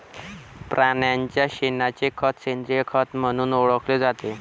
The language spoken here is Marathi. प्राण्यांच्या शेणाचे खत सेंद्रिय खत म्हणून ओळखले जाते